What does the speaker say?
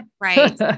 Right